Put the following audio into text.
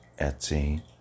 Etsy